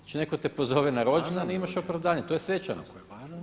Znači netko te pozove na rođendan i imaš opravdanje, to je svečanost.